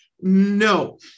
no